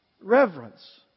reverence